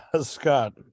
Scott